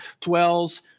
dwells